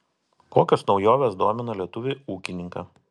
kokios naujovės domina lietuvį ūkininką